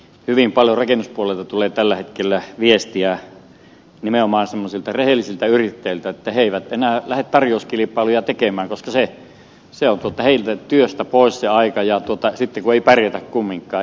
hyvin paljon rakennuspuolelta tulee tällä hetkellä viestiä nimenomaan semmoisilta rehellisiltä yrittäjiltä että he eivät enää lähde tarjouskilpailuihin mukaan koska se aika on heiltä työstä pois ja sitten ei pärjätä kumminkaan